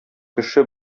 кеше